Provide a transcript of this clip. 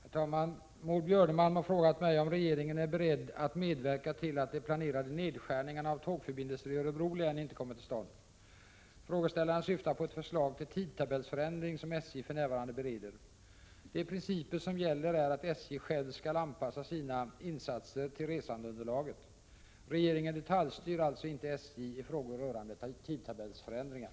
Herr talman! Maud Björnemalm har frågat mig om regeringen är beredd att medverka till att de planerade nedskärningarna av tågförbindelser i Örebro län inte kommer till stånd. Frågeställaren syftar på ett förslag till tidtabellsförändring som SJ för närvarande bereder. De principer som gäller är att SJ själv skall anpassa sina insatser till resandeunderlaget. Regeringen detaljstyr alltså inte SJ i frågor rörande tidtabellsförändringar.